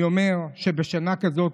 אני אומר שבשנה כזאת,